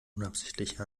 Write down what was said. unabsichtlich